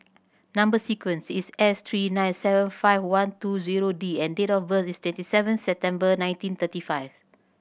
number sequence is S three nine seven five one two zero D and date of birth is twenty seven September nineteen thirty five